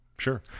Sure